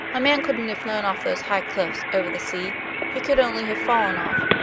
a man couldn't have flown off those high cliffs over the sea he could only have fallen off.